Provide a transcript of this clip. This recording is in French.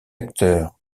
acteur